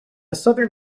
southern